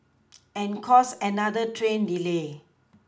and cause another train delay